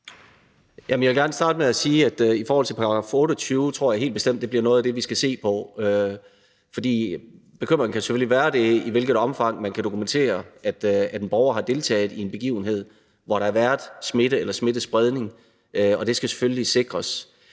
Jeg vil gerne starte med at sige, at i forhold til § 28 tror jeg helt bestemt, det bliver noget af det, vi skal se på. For bekymringen kan selvfølgelig gå på, i hvilket omfang man kan dokumentere, at en borger har deltaget i en begivenhed, hvor der har været smitte eller smittespredning, og det skal selvfølgelig sikres.